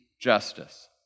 justice